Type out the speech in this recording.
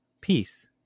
Peace